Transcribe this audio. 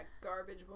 garbage